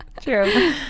True